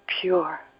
pure